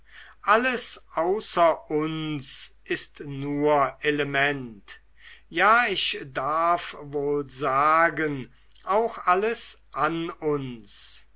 alles außer uns ist nur element ja ich darf wohl sagen auch alles an uns